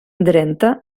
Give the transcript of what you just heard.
drenthe